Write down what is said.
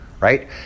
Right